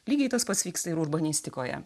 lygiai tas pats vyksta ir urbanistikoje